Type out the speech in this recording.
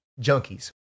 junkies